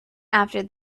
after